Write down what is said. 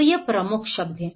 तो ये प्रमुख शब्द हैं